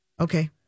Okay